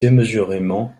démesurément